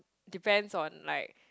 depends on like